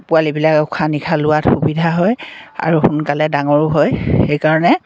পোৱালিবিলাকে উশাহ নিশাহ লোৱাত সুবিধা হয় আৰু সোনকালে ডাঙৰো হয় সেইকাৰণে